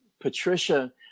patricia